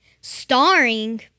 starring